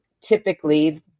typically